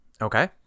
Okay